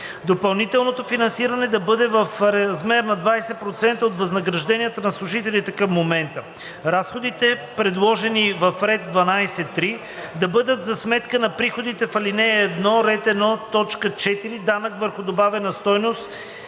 Допълнителното финансиране да бъде в размер на 20% от възнагражденията на служителите към момента. Разходите, предложени в ред 12.3., да бъдат за сметка на приходите в ал. 1, ред 1.4. „Данък върху добавената стойност“,